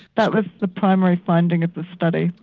that was the primary finding of the study.